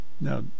Now